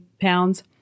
pounds